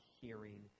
hearing